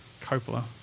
Coppola